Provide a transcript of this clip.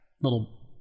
little